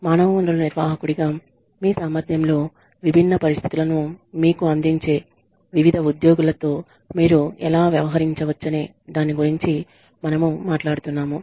మానవ వనరుల నిర్వాహకుడిగా మీ సామర్థ్యంలో విభిన్న పరిస్థితులను మీకు అందించే వివిధ ఉద్యోగులతో మీరు ఎలా వ్యవహరించవచ్చనే దాని గురించి మనము మాట్లాడుతున్నాము